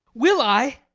will i?